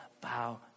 bow